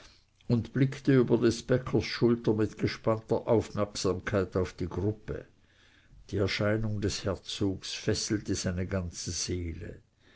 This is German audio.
und blickte über des bäckers schulter mit gespannter aufmerksamkeit auf die gruppe die erscheinung des herzogs fesselte seine ganze seele